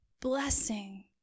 blessing